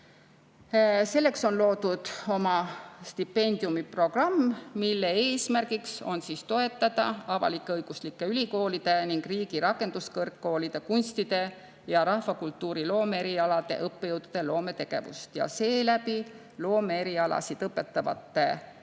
Selleks on loodud oma stipendiumiprogramm, mille eesmärgiks on toetada avalik-õiguslike ülikoolide ning riigi rakenduskõrgkoolide kunstide ja rahvakultuuri loomeerialade õppejõudude loometegevust ja seeläbi loomeerialasid õpetavate kõrgkoolide